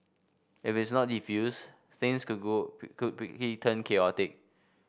if it's not defused things could go quickly chaotic